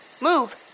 Move